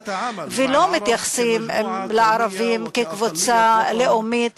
ולא מתייחסים לערבים כאל קבוצה לאומית,